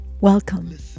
Welcome